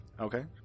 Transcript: Okay